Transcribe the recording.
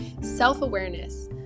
self-awareness